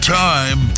time